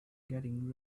getting